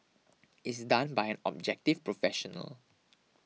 is done by an objective professional